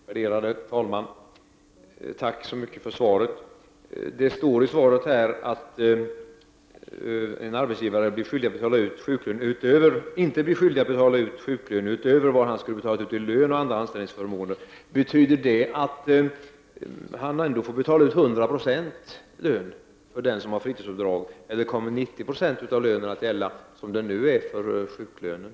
Värderade talman! Tack så mycket för svaret. Det står i det att en arbetsgivare inte blir skyldig att betala ut sjuklön utöver vad han skulle ha betalat i lön och andra anställningsförmåner. Betyder det att han får betala ut 100 90 av lönen för den som har fritidsuppdrag, eller bara 90 96 av lönen, som nu är fallet?